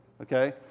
Okay